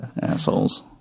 Assholes